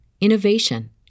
innovation